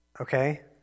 okay